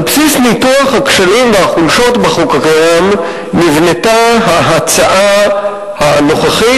על בסיס ניתוח הכשלים והחולשות בחוק הקיים נבנתה ההצעה הנוכחית,